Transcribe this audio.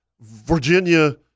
Virginia